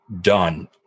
done